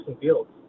Fields